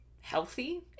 healthy